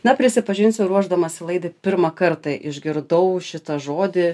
na prisipažinsiu ruošdamasi laidai pirmą kartą išgirdau šitą žodį